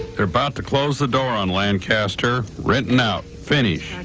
they're about to close the door on lancaster. written out. finished.